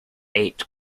eight